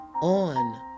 on